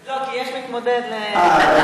לא, כי יש מתמודד, אוקיי.